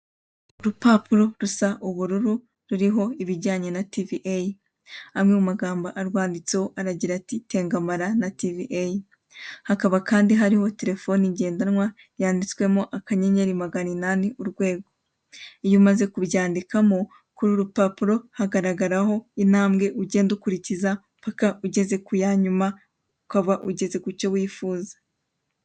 Urupapuro rusa ubururu ruriho ibijyanye na ti vi eyi, amwe mu magambo arwanditseho aragira ati tengamara na ti vi eyi hakaba kandi hariho terefoni ngendanwa yanditswemo akanyenyeri magana inani urwego, iyo umaze kubyandikamo kuri uru rupapuro hagaragaraho intambwe ugenda ukurikiza mpaka ugeze ku ya nyuma ukaba ugeze ku cyo wifuza.